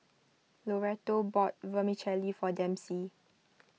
Loretto bought Vermicelli for Dempsey